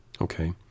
Okay